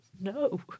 no